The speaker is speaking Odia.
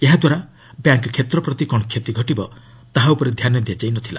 ଏହାଦ୍ୱାରା ବ୍ୟାଙ୍କ କ୍ଷେତ୍ର ପ୍ରତି କ'ଣ କ୍ଷତି ଘଟିବ ତାହା ଉପରେ ଧ୍ୟାନ ଦିଆଯାଇ ନଥିଲା